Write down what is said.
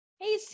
hey